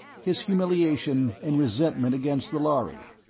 his humiliation and resentment against the lhari.